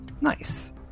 Nice